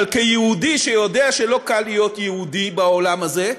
אבל כיהודי שיודע שלא קל להיות יהודי בעולם הזה,